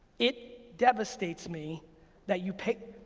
it devastates me that you pick,